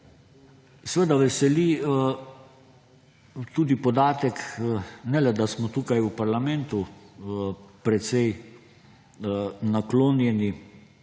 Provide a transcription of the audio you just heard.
Seveda veseli tudi podatek, ne le, da smo tukaj v parlamentu precej naklonjeni